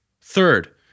Third